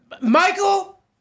Michael